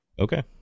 Okay